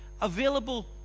available